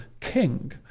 king